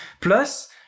Plus